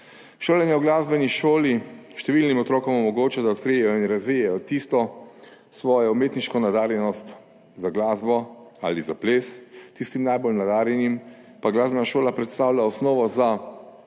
Šolanje v glasbeni šoli številnim otrokom omogoča, da odkrijejo in razvijejo svojo umetniško nadarjenost za glasbo ali za ples. Tistim najbolj nadarjenim pa glasbena šola predstavlja osnovo za